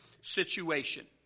situation